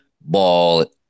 ball